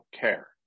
care